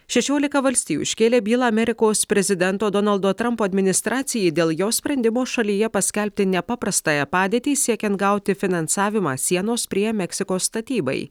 šešiolika valstijų iškėlė bylą amerikos prezidento donaldo trampo administracijai dėl jos sprendimo šalyje paskelbti nepaprastąją padėtį siekiant gauti finansavimą sienos prie meksikos statybai